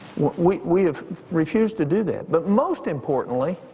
we we have refused to do that. but most importantly,